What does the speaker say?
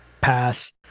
pass